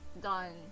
done